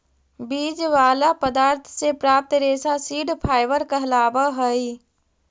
बीज वाला पदार्थ से प्राप्त रेशा सीड फाइबर कहलावऽ हई